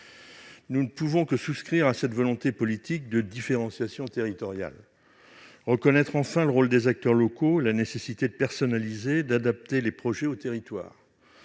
Nous ne pouvons que souscrire à cette volonté politique de différenciation territoriale. Il importe de reconnaître enfin le rôle des acteurs locaux et la nécessité de personnaliser et d'adapter les projets aux territoires.